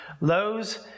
Lowe's